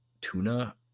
tuna